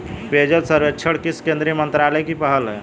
पेयजल सर्वेक्षण किस केंद्रीय मंत्रालय की पहल है?